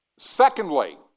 Secondly